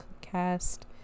cast